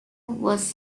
was